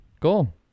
Cool